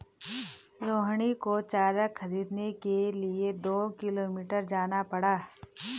रोहिणी को चारा खरीदने के लिए दो किलोमीटर जाना पड़ा